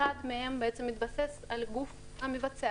אחד מהם מתבסס על הגוף המבצע.